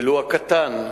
ולו הקטן,